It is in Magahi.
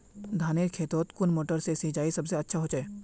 धानेर खेतोत कुन मोटर से सिंचाई सबसे अच्छा होचए?